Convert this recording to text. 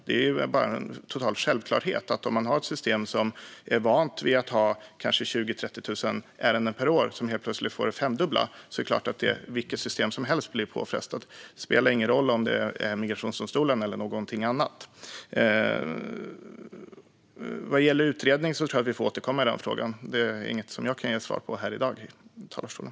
Det är självklart att vilket system som helst blir påfrestat om man är van vid kanske 20 000-30 000 ärenden per år och det helt plötsligt blir det femdubbla - det spelar ingen roll om det är migrationsdomstolarna eller någonting annat. Vad gäller en utredning tror jag att vi får återkomma i den frågan. Det är inget som jag kan ge svar på i dag i talarstolen.